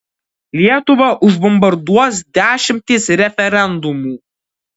lietuvą užbombarduos dešimtys referendumų